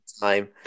time